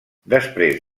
després